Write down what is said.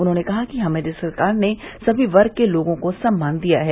उन्होंने कहा कि हमारी सरकार ने सभी वर्ग के लोगों को सम्मान दिया है